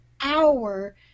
hour